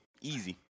Easy